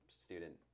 student